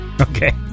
Okay